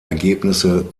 ergebnisse